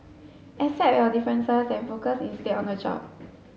accept your differences and focus instead on the job